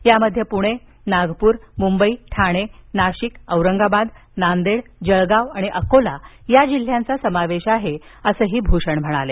यात पुणे नागपूर मुंबई ठाणे नाशिक औरंगाबाद नांदेड जळगाव आणि अकोला या जिल्ह्यांचा समावेश आहे असंही भूषण यांनी सांगितलं